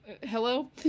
hello